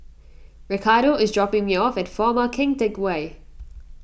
Ricardo is dropping me off at former Keng Teck Whay